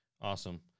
Awesome